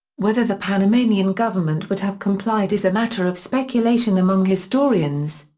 whether the panamanian government would have complied is a matter of speculation among historians.